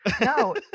No